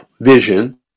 vision